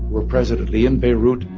who are presently in beirut,